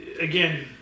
again